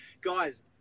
Guys